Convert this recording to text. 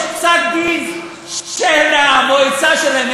יש פסק-דין של המועצה שלהן,